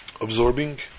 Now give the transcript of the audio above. absorbing